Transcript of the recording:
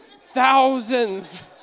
thousands